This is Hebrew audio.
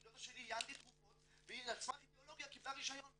דודה שלי היא אנטי תרופות והיא על סמך אידיאולוגיה קיבלה רישיון.